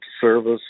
service